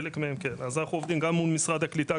אז אנחנו עובדים גם מול משרד העלייה והקליטה,